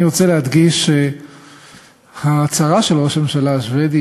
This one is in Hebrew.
אני רוצה להדגיש שההצהרה של ראש הממשלה השבדי